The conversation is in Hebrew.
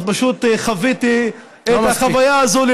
אז פשוט חוויתי את החוויה הזאת,